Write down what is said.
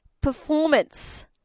performance